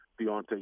Deontay